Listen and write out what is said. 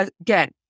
Again